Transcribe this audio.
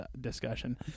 discussion